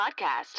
podcast